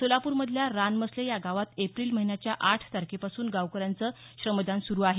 सोलापूर मधल्या रानमसले या गावात एप्रिल महिन्याच्या आठ तारखेपासून गावकऱ्यांचं श्रमदान सूरू आहे